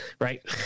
right